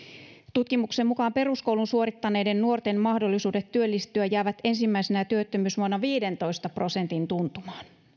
tutkimuksen mukaan peruskoulun suorittaneiden nuorten mahdollisuudet työllistyä jäävät ensimmäisenä työttömyysvuonna viisitoista prosentin tuntumaan